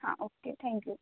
હા okay thank you